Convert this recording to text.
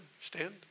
Stand